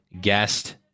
guest